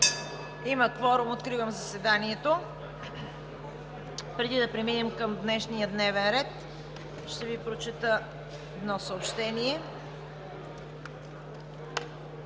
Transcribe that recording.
Има кворум, откривам заседанието. (Звъни.) Преди да преминем към днешния дневен ред, ще Ви прочета едно съобщение.